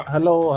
Hello